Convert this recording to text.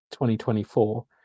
2024